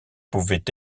pouvaient